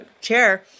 chair